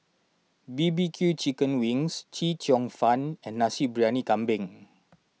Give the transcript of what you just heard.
B B Q Chicken Wings Chee Cheong Fun and Nasi Briyani Kambing